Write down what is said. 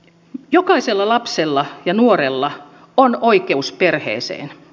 jokaisella lapsella ja nuorella on oikeus perheeseen